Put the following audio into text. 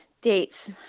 dates